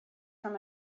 from